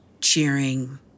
cheering